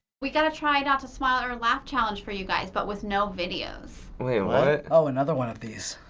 we've got a try not to smile or laugh challenge for you guys, but with no videos oh, another one of these.